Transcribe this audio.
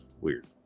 weird